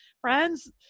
Friends